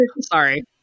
Sorry